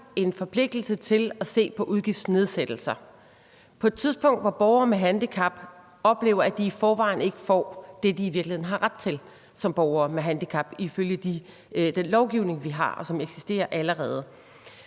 en forpligtelse til at se på udgiftsnedsættelser på et tidspunkt, hvor borgere med handicap oplever, at de i forvejen ikke får det, de i virkeligheden har ret til som borgere med handicap, ifølge den lovgivning, vi har, og som eksisterer allerede.